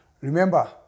Remember